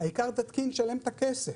העיקר שתתקין ותשלם את הכסף,